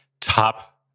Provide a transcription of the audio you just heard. top